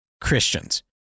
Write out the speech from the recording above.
Christians